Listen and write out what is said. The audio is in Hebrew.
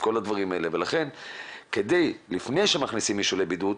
ולכן לפני שמכניסים מישהו לבידוד,